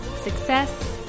success